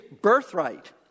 birthright